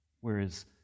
whereas